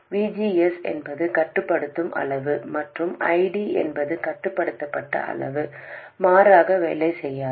V G S என்பது கட்டுப்படுத்தும் அளவு மற்றும் I D என்பது கட்டுப்படுத்தப்பட்ட அளவு மாறாக வேலை செய்யாது